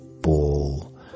ball